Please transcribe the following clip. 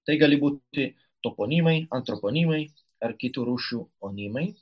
tai gali būti toponimai antroponimai ar kitų rūšių onimai